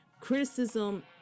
criticism